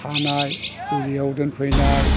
खानाय ग'लियाव दोनफैनाय